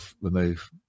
remove